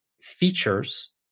features